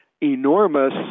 enormous